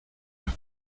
las